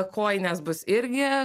kojinės bus irgi